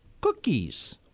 cookies